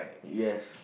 yes